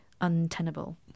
untenable